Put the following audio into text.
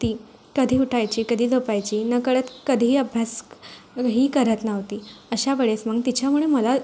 ती कधी उठायची कधी झोपायची नकळत कधीही अभ्यास ही करत नव्हती अशावेळेस मग तिच्यामुळे मला